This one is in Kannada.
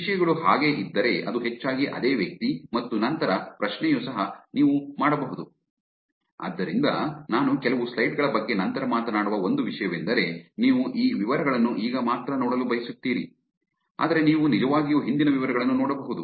ವಿಷಯಗಳು ಹಾಗೆ ಇದ್ದರೆ ಅದು ಹೆಚ್ಚಾಗಿ ಅದೇ ವ್ಯಕ್ತಿ ಮತ್ತು ನಂತರ ಪ್ರಶ್ನೆಯು ಸಹ ನೀವು ಮಾಡಬಹುದು ಆದ್ದರಿಂದ ನಾನು ಕೆಲವು ಸ್ಲೈಡ್ ಗಳ ಬಗ್ಗೆ ನಂತರ ಮಾತನಾಡುವ ಒಂದು ವಿಷಯವೆಂದರೆ ನೀವು ಈ ವಿವರಗಳನ್ನು ಈಗ ಮಾತ್ರ ನೋಡಲು ಬಯಸುತ್ತೀರಿ ಆದರೆ ನೀವು ನಿಜವಾಗಿಯೂ ಹಿಂದಿನ ವಿವರಗಳನ್ನು ನೋಡಬಹುದು